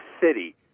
city